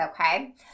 okay